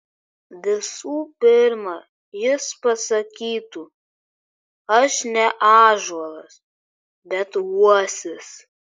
visų pirma jis pasakytų aš ne ąžuolas bet uosis